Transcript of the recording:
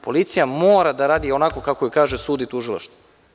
Policija mora da radi onako kako kaže sud i tužilaštvo.